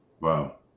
Wow